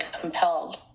compelled